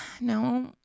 no